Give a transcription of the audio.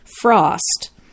frost